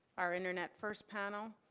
our internet first panel